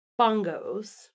Bongos